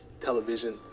television